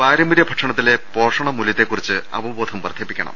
പാരമ്പര്യ ഭക്ഷണത്തിലെ പോഷണ മൂല്യത്തെ കുറിച്ച് അവബോധം വർധി പ്പിക്കണം